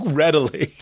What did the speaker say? readily